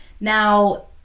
now